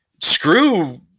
screw